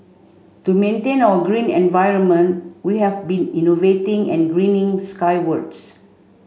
to maintain our green environment we have been innovating and greening skywards